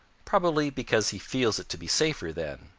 probably because he feels it to be safer then.